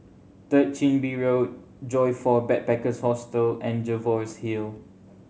Third Chin Bee Road Joyfor Backpackers' Hostel and Jervois Hill